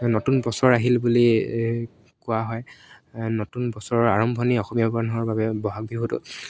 নতুন বছৰ আহিল বুলি কোৱা হয় নতুন বছৰৰ আৰম্ভণি অসমীয়া মানুহৰ বাবে বহাগ বিহুটো